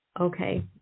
Okay